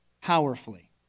powerfully